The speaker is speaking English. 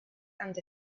and